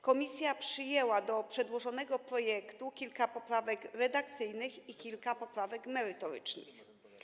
Komisja przyjęła do przedłożonego projektu kilka poprawek redakcyjnych i kilka poprawek merytorycznych.